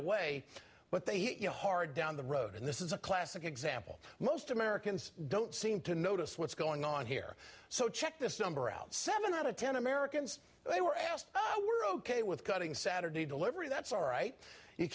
away but they hit you hard down the road and this is a classic example most americans don't seem to notice what's going on here so check this number out seven out of ten americans they were asked were ok with cutting saturday delivery that's all right you